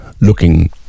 looking